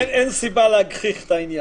אין סיבה להגחיך את העניין.